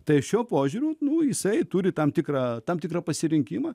tai šiuo požiūriu nu jisai turi tam tikrą tam tikrą pasirinkimą